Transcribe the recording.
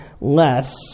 less